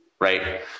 right